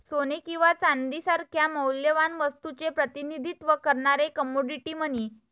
सोने किंवा चांदी सारख्या मौल्यवान वस्तूचे प्रतिनिधित्व करणारे कमोडिटी मनी